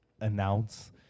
announce